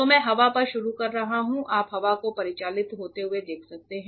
तो मैं हवा पर शुरू कर रहा हूँ आप हवा को परिचालित होते हुए देख सकते हैं